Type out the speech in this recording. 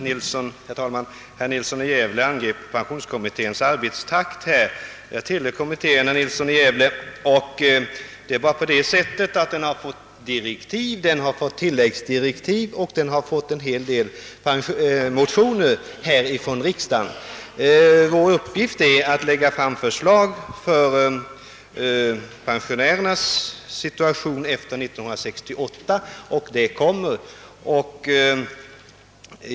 Herr talman! Herr Nilsson i Gävle angrep pensionskommitténs arbetstakt. Jag tillhör kommittén, herr Nilsson i Gävle. Den har fått direktiv, tilläggsdirektiv och en hel del motioner från riksdagen. Vår uppgift är att lägga fram förslag angående pensionärernas situation efter 1968, och det förslaget kommer.